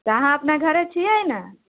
तऽ अहाँ अपना घरे छियै ने